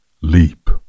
Leap